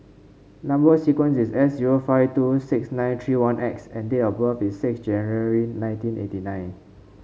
number sequence is S zero five two six nine three one X and date of birth is six January nineteen eighty nine